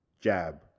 Jab